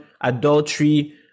adultery